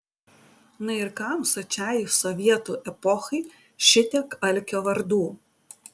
na ir kam sočiai sovietų epochai šitiek alkio vardų